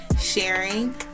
sharing